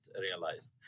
realized